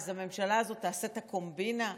אז הממשלה הזאת תעשה את הקומבינה?